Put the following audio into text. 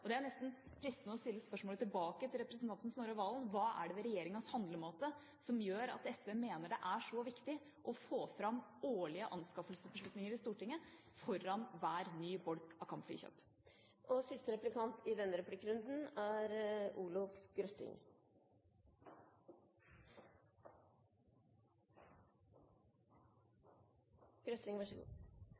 anskaffelsesprosedyre. Det er nesten fristende å stille spørsmålet tilbake til representanten Snorre Serigstad Valen: Hva er det ved regjeringas handlemåte som gjør at SV mener det er så viktig å få fram årlige anskaffelsesbeslutninger i Stortinget foran hver ny bolk med kampflykjøp? Høyre uttrykker flere steder i